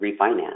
refinance